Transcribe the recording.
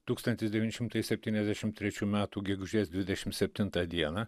tūkstantis devyni šimtai septyniasdešim trečių metų gegužės dvidešim septintą dieną